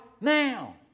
now